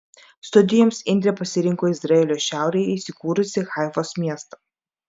studijoms indrė pasirinko izraelio šiaurėje įsikūrusį haifos miestą